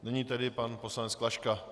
Nyní tedy pan poslanec Klaška.